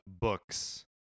books